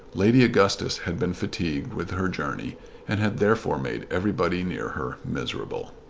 lady augustus had been fatigued with her journey and had therefore made everybody near her miserable.